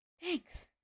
Thanks